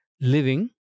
Living